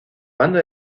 banda